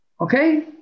Okay